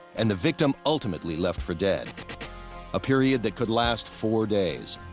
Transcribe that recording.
and the victim ultimately left for dead a period that could last four days.